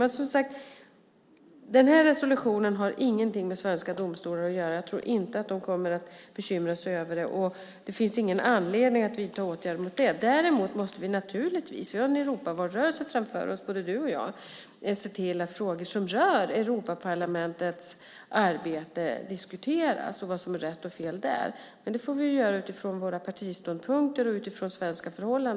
Som sagt har den här resolutionen ingenting med svenska domstolar att göra. Jag tror inte att de kommer att bekymra sig över den. Och det finns ingen anledning att vidta några åtgärder mot den. Däremot måste vi naturligtvis - vi har en Europavalrörelse framför oss både du och jag - se till att frågor som rör Europaparlamentets arbete och vad som är rätt och fel där diskuteras. Det får vi göra utifrån våra partiståndpunkter och utifrån svenska förhållanden.